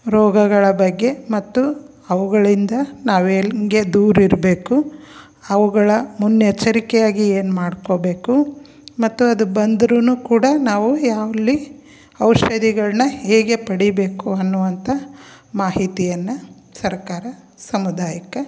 ರೋಗಗಳ ಬಗ್ಗೆ ಮತ್ತು ಅವುಗಳಿಂದ ನಾವು ಹೆಂಗೆ ದೂರ ಇರಬೇಕು ಅವುಗಳ ಮುನ್ನೆಚ್ಚರಿಕೆಯಾಗಿ ಏನು ಮಾಡ್ಕೋಬೇಕು ಮತ್ತು ಅದು ಬಂದ್ರು ಕೂಡ ನಾವು ಎಲ್ಲಿ ಔಷಧಿಗಳನ್ನ ಹೇಗೆ ಪಡೀಬೇಕು ಅನ್ನುವಂಥ ಮಾಹಿತಿಯನ್ನು ಸರ್ಕಾರ ಸಮುದಾಯಕ್ಕೆ